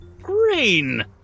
Green